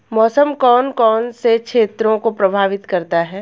मौसम कौन कौन से क्षेत्रों को प्रभावित करता है?